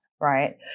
right